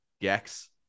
Gex